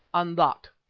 and that,